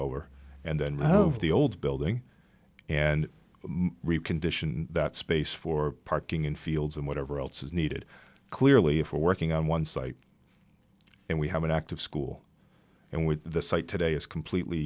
over and then out of the old building and recondition that space for parking and fields and whatever else is needed clearly if we're working on one site and we have an active school and with the site today is completely